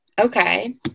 Okay